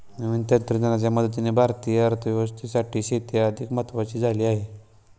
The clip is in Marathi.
नवीन तंत्रज्ञानाच्या मदतीने भारतीय अर्थव्यवस्थेसाठी शेती अधिक महत्वाची झाली आहे